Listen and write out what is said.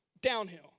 downhill